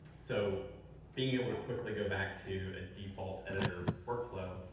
so being able to quickly go back to a default editor workflow,